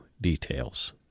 details